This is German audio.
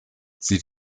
sie